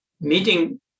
meeting